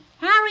Harry